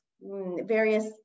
various